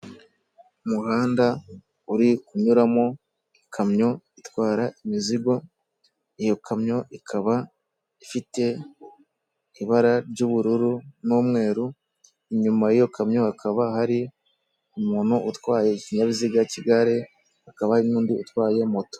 Umuhanda uri kunyuramo ikamyo itwara imizigo iyo kamyo ikaba ifite ibara ry'ubururu n'umweru, inyuma y'iyo kamyo hakaba hari umuntu utwaye ikinyabiziga k'igare, hakaba hari n'undi utwaye moto.